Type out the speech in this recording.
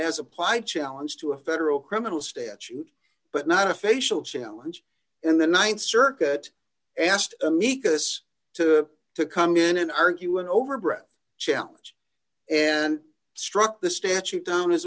as applied challenge to a federal criminal statute but not a facial challenge in the th circuit asked amicus to to come in an argument over brett challenge and struck the statute down